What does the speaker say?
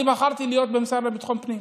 אני בחרתי להיות במשרד לביטחון פנים.